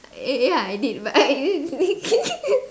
eh ya I did but I